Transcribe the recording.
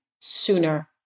sooner